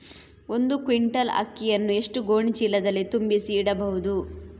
ಒಂದು ಕ್ವಿಂಟಾಲ್ ಅಕ್ಕಿಯನ್ನು ಎಷ್ಟು ಗೋಣಿಚೀಲದಲ್ಲಿ ತುಂಬಿಸಿ ಇಡಬಹುದು?